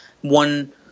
one